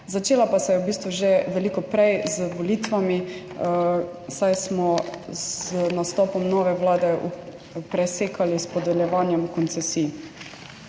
začela pa se je v bistvu že veliko prej, z volitvami, saj smo z nastopom nove vlade presekali s podeljevanjem koncesij.